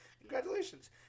Congratulations